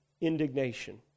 indignation